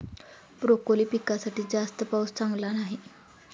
broccoli पिकासाठी जास्त पाऊस चांगला नाही